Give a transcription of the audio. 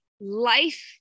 life